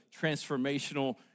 transformational